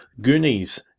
Goonies